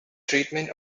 treatment